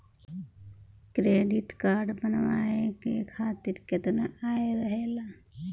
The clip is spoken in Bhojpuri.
क्रेडिट कार्ड बनवाए के खातिर केतना आय रहेला?